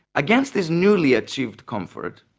against this newly achieved comfort,